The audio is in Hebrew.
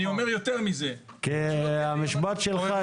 אני אומר יותר מזה --- כי המשפט שלך,